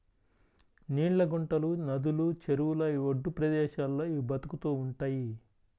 నీళ్ళ గుంటలు, నదులు, చెరువుల ఒడ్డు ప్రదేశాల్లో ఇవి బతుకుతూ ఉంటయ్